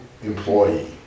employee